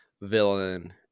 villain